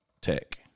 Tech